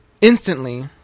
Instantly